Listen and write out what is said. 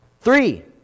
Three